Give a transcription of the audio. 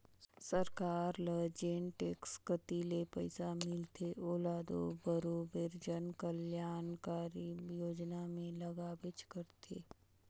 सरकार ल जेन टेक्स कती ले पइसा मिलथे ओला दो बरोबेर जन कलयानकारी योजना में लगाबेच करथे